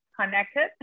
connected